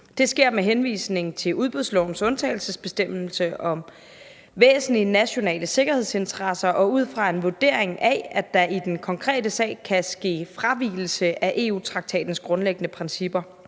Det sker med henvisning til udbudslovens undtagelsesbestemmelse om væsentlige nationale sikkerhedsinteresser og ud fra en vurdering af, at der i den konkrete sag kan ske en fravigelse af EU-traktatens grundlæggende principper.